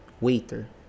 waiter